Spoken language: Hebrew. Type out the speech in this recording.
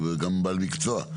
גם בעל מקצוע.